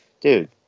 Dude